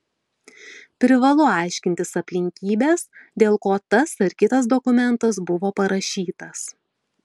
privalu aiškintis aplinkybes dėl ko tas ar kitas dokumentas buvo parašytas